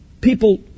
people